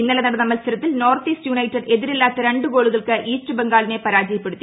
ഇന്നലെ നടന്ന മത്സരത്തിൽ നോർത്ത് ഇൌസ്റ്റ് യുണൈറ്റഡ് എതിരില്ലാത്ത രണ്ട് ഗോളുകൾക്ക് ഈസ്റ്റ് ബംഗാളിനെ പരാജയപ്പെടുത്തി